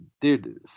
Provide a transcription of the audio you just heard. dude